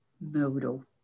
modal